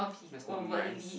that's not nice